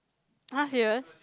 !huh! serious